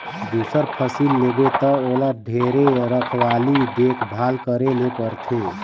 दूसर फसिल लेबे त ओला ढेरे रखवाली देख भाल करे ले परथे